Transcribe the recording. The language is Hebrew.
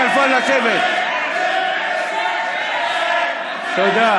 נגד יוראי להב הרצנו, נגד מיקי לוי,